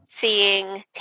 seeing